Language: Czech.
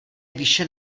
výše